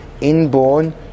inborn